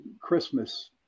Christmas